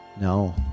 No